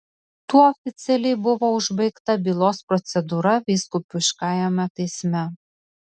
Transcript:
tuo oficialiai buvo užbaigta bylos procedūra vyskupiškajame teisme